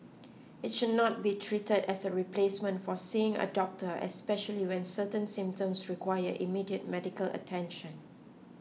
it should not be treated as a replacement for seeing a doctor especially when certain symptoms require immediate medical attention